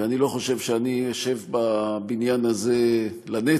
ואני לא חושב שאני אשב בבניין הזה לנצח,